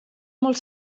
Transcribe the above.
molt